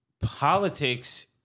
politics